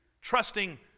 trusting